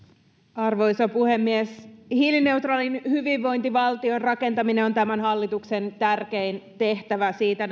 arvoisa puhemies hiilineutraalin hyvinvointivaltion rakentaminen on tämän hallituksen tärkein tehtävä siitä